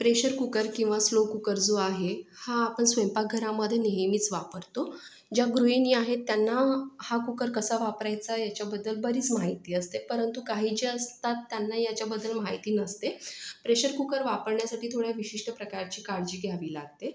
pressure cooker किंवा slow cooker जो आहे हा आपण स्वयंपाकघरामध्ये नेहमीच वापरतो ज्या गृहिणी आहेत त्यांना हा कुकर कसा वापरायचा याच्याबद्दल बरीच माहिती असते परंतु काही जे असतात त्यांना याच्याबद्दल माहिती नसते प्रेशर कुकर वापरण्यासाठी थोड्या विशिष्ट प्रकारची काळजी घ्यावी लागते